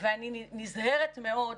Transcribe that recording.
אני אומרת כמו המפה שצורפה,